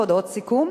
בהודעות סיכום